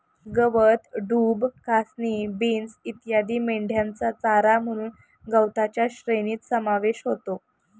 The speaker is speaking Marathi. गवत, डूब, कासनी, बीन्स इत्यादी मेंढ्यांचा चारा म्हणून गवताच्या श्रेणीत समावेश होतो